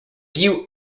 few